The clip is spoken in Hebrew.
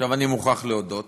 עכשיו, אני מוכרח להודות